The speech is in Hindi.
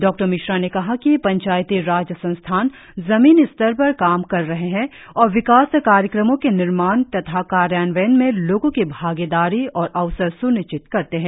डॉ मिश्रा ने कहा कि पंचायती राज संस्थान जमीनी स्तर पर काम कर रहे है और विकास कार्यक्रमो के निर्माण तथा कार्यान्वयन में लोगो की भागीदारी और अवसर स्निश्चित करते है